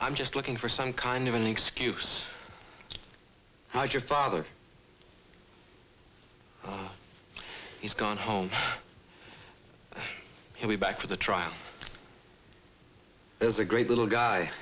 i'm just looking for some kind of an excuse now your father has gone home he'll be back for the trial as a great little guy